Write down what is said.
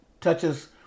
touches